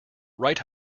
right